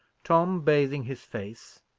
tom bathing his face,